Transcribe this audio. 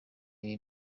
ibi